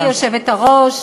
גברתי היושבת-ראש,